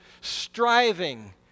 striving